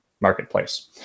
marketplace